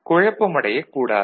குழப்பமடையக் கூடாது